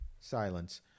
Silence